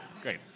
Great